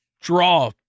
draw